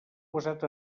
basat